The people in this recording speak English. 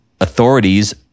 authorities